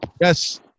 yes